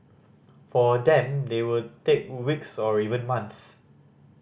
for them they will take weeks or even months